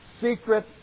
secret